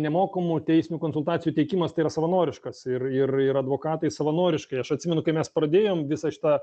nemokamų teisinių konsultacijų teikimas tai yra savanoriškas ir ir ir advokatai savanoriškai aš atsimenu kai mes pradėjom visą šitą